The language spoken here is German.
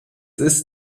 ist